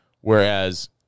Whereas